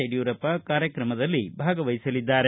ಯಡಿಯೂರಪ್ಪ ಕಾರ್ಯಕ್ರಮದಲ್ಲಿ ಭಾಗವಹಿಸಲಿದ್ದಾರೆ